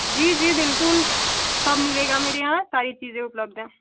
जी जी बिल्कुल सब मिलेगा मेरे यहाँ सारी चीजें उपलब्ध हैं